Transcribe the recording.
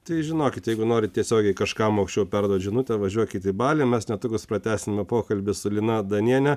tai žinokit jeigu norit tiesiogiai kažkam aukščiau perduot žinutę važiuokit į balį mes netrukus pratęsime pokalbį su lina daniene